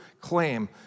claim